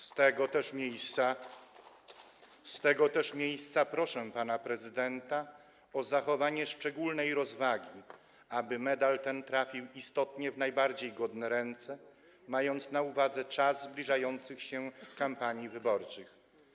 Z tego też miejsca proszę pana prezydenta o zachowanie szczególnej rozwagi, aby medal ten trafił istotnie w najbardziej godne ręce, mając na uwadze czas zbliżających się kampanii wyborczych.